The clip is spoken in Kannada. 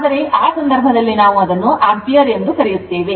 ಆದರೆ ಈ ಸಂದರ್ಭದಲ್ಲಿ ನಾವು ಅದನ್ನು ಆಂಪಿಯರ್ ಎಂದು ಕರೆಯುತ್ತೇವೆ